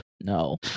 No